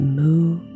move